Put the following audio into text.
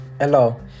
hello